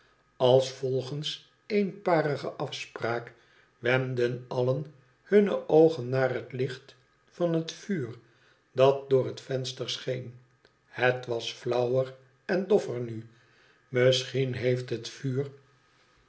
als volgens eenparige afspraak wendden allen hunne oogen naar het hcht van het vuur dat door het venster scheen het was flauwer en dofler nu misschien heeft het vuur